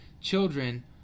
children